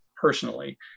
personally